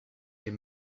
est